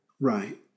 right